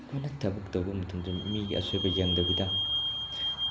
ꯑꯩꯈꯣꯏꯅ ꯊꯕꯛ ꯇꯧꯕ ꯃꯇꯝꯗ ꯃꯤꯒꯤ ꯑꯁꯣꯏꯕ ꯌꯦꯡꯗꯕꯤꯗ